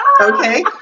Okay